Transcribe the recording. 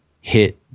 hit